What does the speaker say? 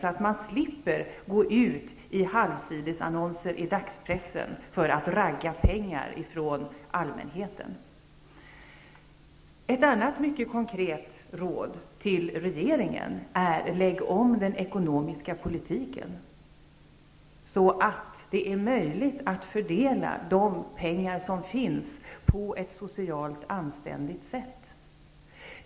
Då skulle man då slippa ''ragga'' pengar från allmänheten med hjälp av halvsidesannonser i dagspressen. Ett annat mycket konkret råd till regeringen är: Lägg om den ekonomiska politiken, så att det blir möjligt att fördela de pengar som finns på ett socialt anständigt sätt.